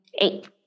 eight